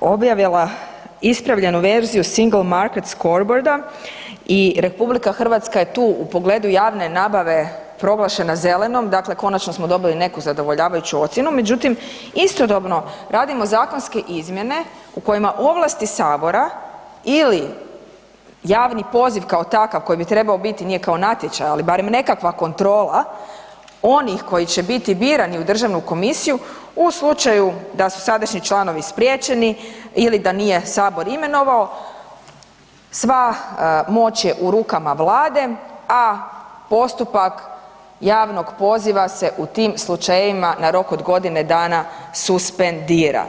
objavila ispravljenu verziju „Single Market Scoreboard“ i RH je tu u pogledu javne nabave proglašena zelenom, dakle konačno smo dobili neku zadovoljavajuću ocjenu, međutim istodobno radimo zakonske izmjene u kojima ovlasti sabora ili javni poziv kao takav koji bi trebao biti nije kao natječaj, ali barem nekakva kontrola onih koji će biti birani u državnu komisiju u slučaju da su sadašnji članovi spriječeni ili da nije sabor imenovao, sva moć je u rukama vlade, a postupak javnog poziva se u tim slučajevima na rok od godine dana suspendira.